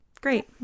Great